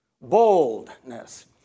boldness